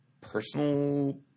personal